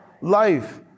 life